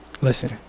Listen